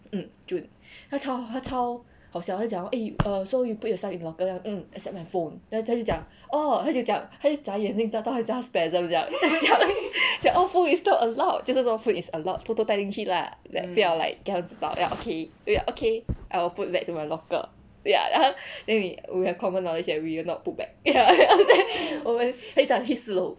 mm june 她超她超好笑她就讲 eh err so you put yourself in locker 这样 mm except my phone then 她就讲 oh 她就讲她就眨眼这样到她 spasm 这样 讲 oh food is not allowed 就是说 food is allowed 偷偷带进去 lah like 不要 like 给他们知道 then okay then 我 okay I will put that to my locker ya then 她 then we have common knowledge that we will not put back 我们可以讲去四楼